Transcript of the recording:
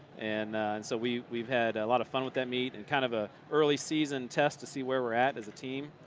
and so we've we've had a lot of fun with that meet and kind of an ah early season test to see where we're at as a team.